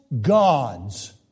gods